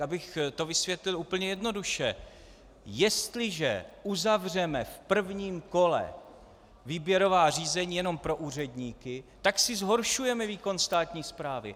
Abych to vysvětlil úplně jednoduše: Jestliže uzavřeme v prvním kole výběrová řízení jenom pro úředníky, tak si zhoršujeme výkon státní správy.